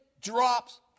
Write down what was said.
drops